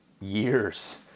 years